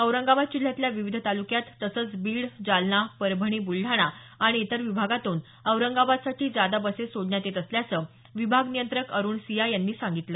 औरंगाबाद जिल्ह्यातल्या विविध तालुक्यात तसंच बीड जालना परभणी ब्लडाणा आणि इतर विभागातून औरंगाबादसाठी जादा बसेस सोडण्यात येत असल्याचं विभाग नियंत्रक अरुण सिया यांनी सांगितलं